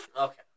Okay